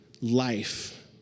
life